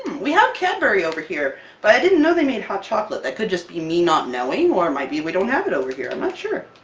we have cadbury over here, but i didn't know they made hot chocolate! that could just be me not knowing, or it might be we don't have it over here. i'm not sure.